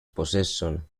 possession